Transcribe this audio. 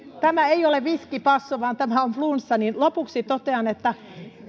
tämä ei ole viskibasso vaan tämä on flunssa lopuksi totean että